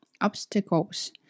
obstacles